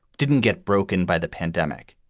didn't get broken by the pandemic.